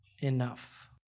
enough